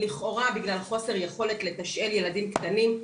לכאורה בגלל חוסר יכולת לתשאל ילדים קטנים.